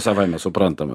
savaime suprantama